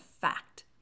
fact